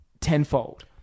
tenfold